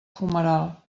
fumeral